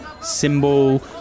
symbol